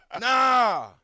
Nah